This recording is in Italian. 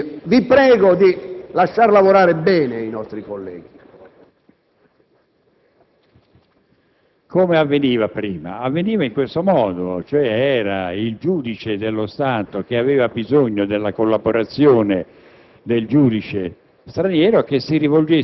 come avveniva prima la collaborazione internazionale?